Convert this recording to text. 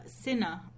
Sinner